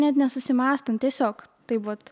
net nesusimąstant tiesiog taip vat